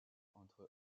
entre